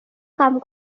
কাম